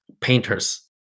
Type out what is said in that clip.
painters